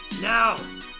Now